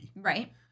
Right